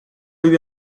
lui